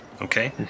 Okay